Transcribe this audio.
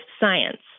science